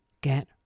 get